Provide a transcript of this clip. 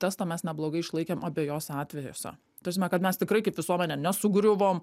testą mes neblogai išlaikėm abejuose atvejuose ta prasme kad mes tikrai kaip visuomenė nesugriuvom